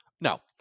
No